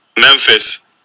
Memphis